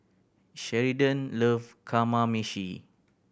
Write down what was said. Sheridan love Kamameshi